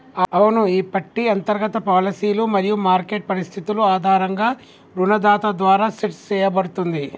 అవును ఈ పట్టి అంతర్గత పాలసీలు మరియు మార్కెట్ పరిస్థితులు ఆధారంగా రుణదాత ద్వారా సెట్ సేయబడుతుంది